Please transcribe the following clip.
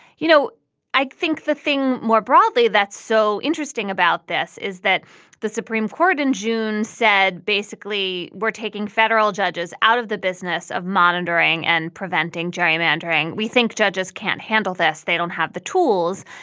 you know i think the thing more broadly that's so interesting about this is that the supreme court in june said basically we're taking federal judges out of the business of monitoring and preventing gerrymandering. we think judges can't handle this. they don't have the tools.